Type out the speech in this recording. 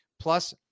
plus